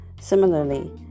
similarly